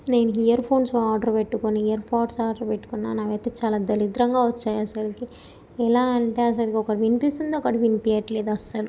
నేను earphones order పెట్టుకొని earpods order పెట్టుకున్నాను అవి అయితే చాలా దరిద్రంగా వచ్చాయి అస్సలు ఎలా అంటే అస్సలు ఒకటి వినిపిస్తుంది ఒకటి వినిపియ్యట్లేదు అస్సలు